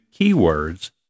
keywords